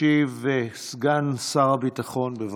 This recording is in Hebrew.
ישיב סגן שר הביטחון, בבקשה.